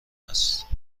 است